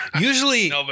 Usually